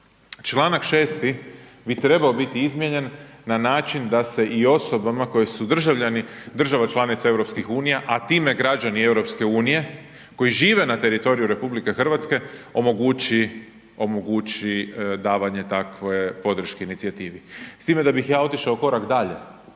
čl. 6 bi trebao biti izmijenjen na način da se i osobama koje su državljani država članica EU, a time građani EU koji žive na teritoriju RH, omogući davanje takve podrške inicijativi. S time da bih ja otišao korak dalje.